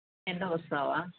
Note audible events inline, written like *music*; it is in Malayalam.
*unintelligible*